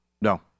No